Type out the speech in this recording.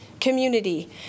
Community